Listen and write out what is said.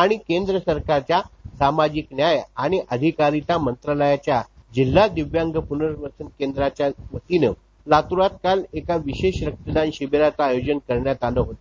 आणि केंद्र सरकारच्या सामजिक न्याय आणि अधिकारीतामंत्रालयाच्या जिल्हा दिव्यांग पुर्नवसन केंद्राच्या वतीने लातूरात एकाविशेष रक्तदान शिबिराचं आयोजन करण्यात आलं होतं